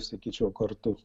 sakyčiau kartu